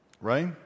Right